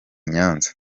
nyanza